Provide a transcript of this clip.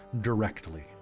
directly